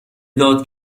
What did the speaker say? داد